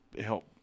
help